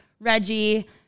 Reggie